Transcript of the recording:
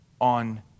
on